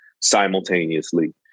simultaneously